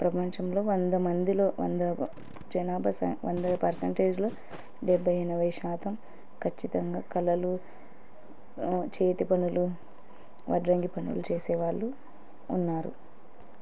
ప్రపంచంలో వంద మందిలో వంద జనాభస వంద పర్సెంటేజ్లో డెబ్భై ఎనభై శాతం ఖచ్చితంగా కళలు చేతి పనులు వడ్రంగి పనులు చేసేవాళ్ళు ఉన్నారు